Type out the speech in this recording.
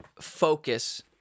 focus